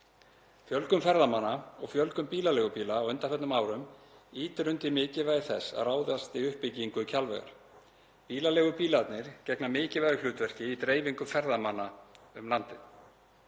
Fjölgun ferðamanna og fjölgun bílaleigubíla á undanförnum árum ýtir undir mikilvægi þess að ráðast í uppbyggingu Kjalvegar. Bílaleigubílarnir gegna mikilvægu hlutverki í dreifingu ferðamanna um landið.